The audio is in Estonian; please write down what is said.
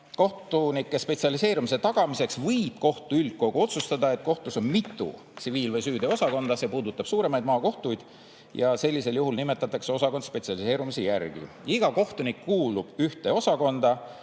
kohtunike spetsialiseerumise tagamiseks võib kohtu üldkogu otsustada, et kohtus on mitu tsiviil‑ või süüteoosakonda. See puudutab suuremaid maakohtuid. Sellisel juhul nimetatakse osakond spetsialiseerumise järgi. Iga kohtunik kuulub ühte osakonda